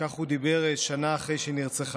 כך הוא דיבר שנה אחרי שהיא נרצחה: